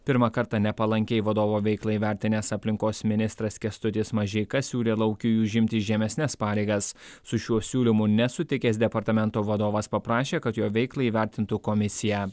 pirmą kartą nepalankiai vadovo veiklą įvertinęs aplinkos ministras kęstutis mažeika siūlė laukiui užimti žemesnes pareigas su šiuo siūlymu nesutikęs departamento vadovas paprašė kad jo veiklą įvertintų komisiją